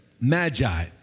magi